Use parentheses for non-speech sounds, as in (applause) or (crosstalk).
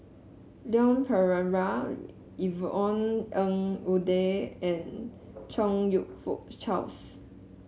Leon Perera Yvonne (unintelligible) Ng Uhde and Chong You Fook Charles